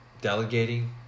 delegating